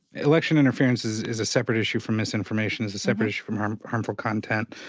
election interference is is a separate issue from misinformation is a separate issue from um harmful content.